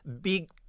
big